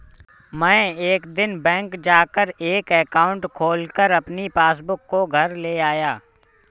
मै एक दिन बैंक जा कर एक एकाउंट खोलकर अपनी पासबुक को घर ले आया